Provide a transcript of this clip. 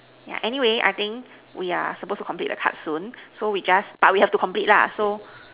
yeah anyway I think we are supposed to complete the cards soon so we just but we have to complete lah so